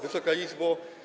Wysoka Izbo!